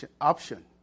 option